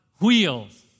wheels